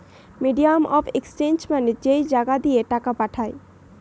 medium of exchange মানে যেই জাগা দিয়ে টাকা পাঠায়